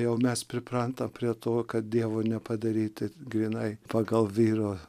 jau mes priprantam prie to kad dievo nepadaryti grynai pagal vyro